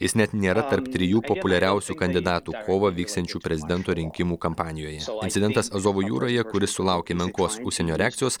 jis net nėra tarp trijų populiariausių kandidatų kovą vyksiančių prezidento rinkimų kampanijoje incidentas azovo jūroje kuris sulaukė menkos užsienio reakcijos